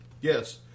Yes